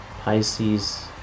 Pisces